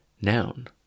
noun